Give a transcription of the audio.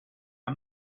our